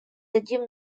дадим